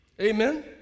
Amen